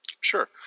Sure